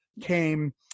came